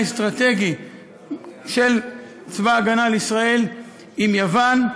אסטרטגי של צבא הגנה לישראל עם יוון,